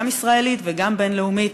גם ישראלית וגם בין-לאומית,